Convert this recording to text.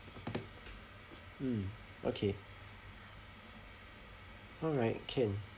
mm okay alright can